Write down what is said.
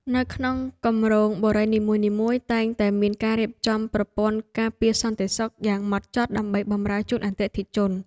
នៅក្នុងគម្រោងបុរីនីមួយៗតែងតែមានការរៀបចំប្រព័ន្ធការពារសន្តិសុខយ៉ាងហ្មត់ចត់ដើម្បីបម្រើជូនអតិថិជន។